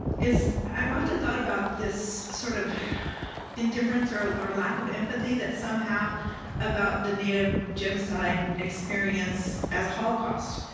is i've often thought about this sort of indifference or or lack of empathy that some have about the native genocide experience as a holocaust.